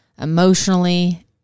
emotionally